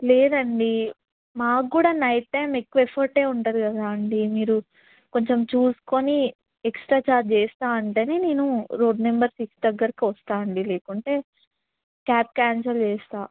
లేదండి మాకు కూడా నైట్ టైం ఎక్కువ ఎఫర్ట్ ఉంటుంది కదా అండి మీరు కొంచెం చూసుకొని ఎక్స్ట్రా చార్జ్ చేస్తాను అంటే నేను రోడ్ నెంబర్ సిక్స్ దగ్గరికి వస్తాను అండి లేకుంటే క్యాబ్ క్యాన్సల్ చేస్తాను